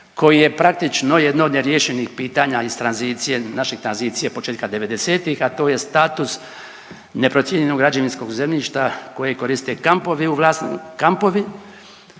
koji je praktično jedno od neriješenih pitanja iz tranzicije, naše tranzicije početka '90.-tih, a to je status neprocijenjenog građevinskog zemljišta koje koriste kampovi u vlas…, kampovi